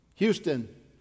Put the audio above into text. Houston